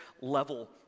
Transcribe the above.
level